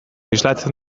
islatzen